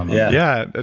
yeah yeah, ah